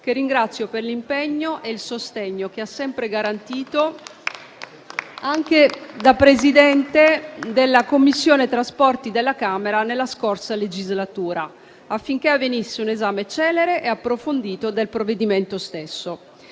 che ringrazio per l'impegno e il sostegno che ha sempre garantito anche da Presidente della Commissione trasporti della Camera nella scorsa legislatura, affinché avvenisse un esame celere e approfondito del provvedimento stesso.